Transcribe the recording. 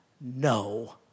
No